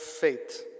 faith